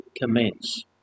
commence